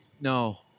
No